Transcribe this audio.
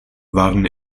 waren